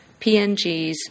PNGs